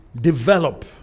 develop